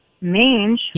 mange